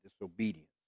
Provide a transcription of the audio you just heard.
disobedience